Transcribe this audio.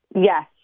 Yes